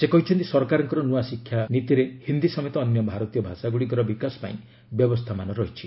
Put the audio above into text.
ସେ କହିଛନ୍ତି ସରକାରଙ୍କର ନ୍ତଆ ଶିକ୍ଷାନୀତିରେ ହିନ୍ଦୀ ସମେତ ଅନ୍ୟ ଭାରତୀୟ ଭାଷାଗୁଡ଼ିକର ବିକାଶ ପାଇଁ ବ୍ୟବସ୍ଥା ରହିଛି